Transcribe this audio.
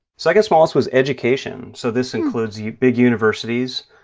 second smallest was education. so this includes yeah big universities,